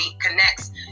connects